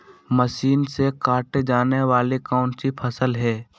Machine से काटे जाने वाली कौन सी फसल है?